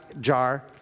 jar